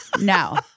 no